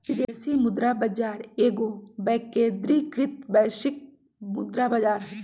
विदेशी मुद्रा बाजार एगो विकेंद्रीकृत वैश्विक मुद्रा बजार हइ